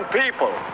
people